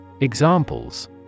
Examples